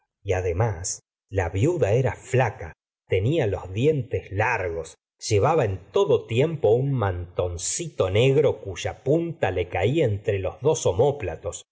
y además la viuda era flaca tenla los dientes largos llevaba en todo tiempo un mantoncito negro cuya punta le caía entre los dos